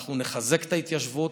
אנחנו נחזק את ההתיישבות.